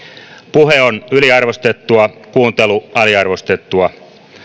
puhe on yliarvostettua kuuntelu aliarvostettua